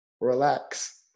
relax